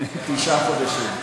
תשעה חודשים.